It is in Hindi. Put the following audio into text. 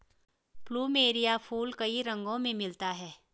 प्लुमेरिया फूल कई रंगो में मिलता है